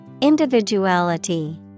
Individuality